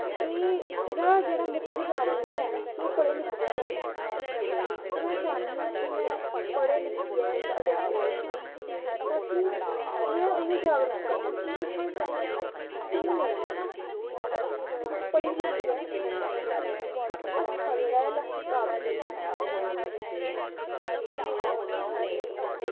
एह्दा जेह्ड़ा मुक्ख कारन एह् ऐ कि ओह् पढ़े लिखे दे ऐनी ते में चाह्नी आं कि में पढ़ी लिखियै इक आध्यापिका बनां ताकि में उनेंगी जागरूक करां एह् तोआड़े तांई एह् सेहोई नी ऐ तुस पढ़ी लिखियै इक अच्छा लक्ष्य प्राप्त करी सकने